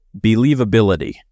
believability